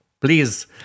please